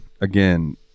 again